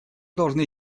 должны